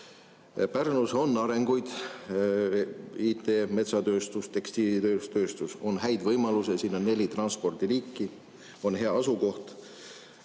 Pärnus on arenguid – IT, metsatööstus, tekstiilitööstus –, on häid võimalusi, sinna saab nelja transpordiliigiga, on hea asukoht,